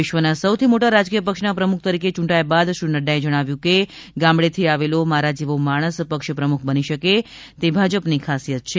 વિશ્વના સૌથી મોટા રાજકીય પક્ષના પ્રમુખ તરીકે ચૂંટાયા બાદ શ્રી નડ્ડાએ કહ્યું હતું કે ગામડેથી આવેલો મારા જેવો માણસ પક્ષ પ્રમુખ બની શકે તે ભાજપની ખાસિયત છે